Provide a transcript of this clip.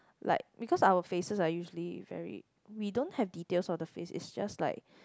like because our faces are usually very we don't have the details of the face it's just like